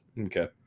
Okay